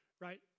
right